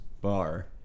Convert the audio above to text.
bar